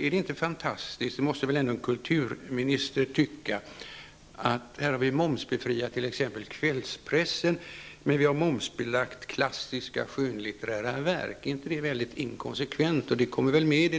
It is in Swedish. Är det inte fantastiskt -- det måste väl en kulturminister tycka -- att vi har momsbefriat t.ex. kvällspressen men momsbelagt klassiska skönlitterära verk? Är det inte mycket inkonsekvent? Det kommer väl med